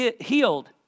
healed